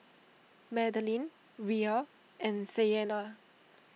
Madilynn Rhea and Sienna